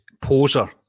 poser